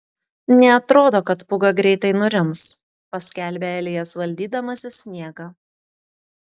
neatrodo kad pūga greitai nurims paskelbia elijas valdydamasis sniegą